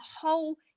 whole